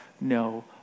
no